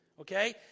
okay